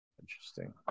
interesting